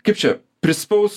kaip čia prispaus